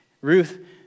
Ruth